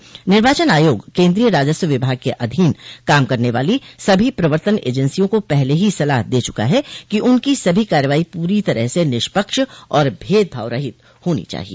इससे निर्वाचन आयोग केन्द्रीय राजस्व विभाग के अधीन काम करने वाली सभी प्रवर्तन एजेंसियों को पहले ही सलाह दे चुका है कि उनकी सभी कार्रवाई पूरी तरह से निष्पक्ष और भेदभाव रहित हानी चाहिए